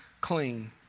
clean